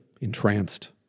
entranced